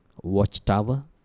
Watchtower